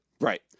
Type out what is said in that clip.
Right